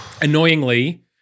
annoyingly